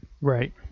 right